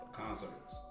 concerts